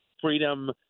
freedom